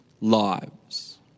lives